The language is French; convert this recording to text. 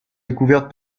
découvertes